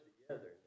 Together